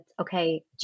okay